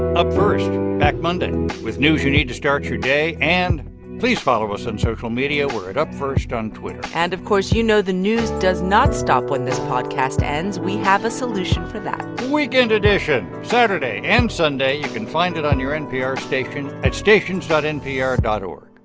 up first back monday with news you need to start your day. and please follow us on social media. we're at upfirst on twitter and, of course, you know the news does not stop when this podcast ends. we have a solution for that weekend edition saturday and sunday. you can find it on your npr station at stations npr dot o r